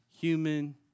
human